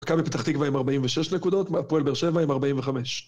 מכבי פתח תקווה עם 46 נקודות, והפועל באר שבע עם 45